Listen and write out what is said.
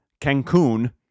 Cancun